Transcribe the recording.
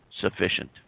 sufficient